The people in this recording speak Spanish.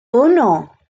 uno